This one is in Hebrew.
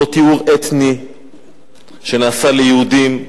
אותו טיהור אתני שנעשה ליהודים,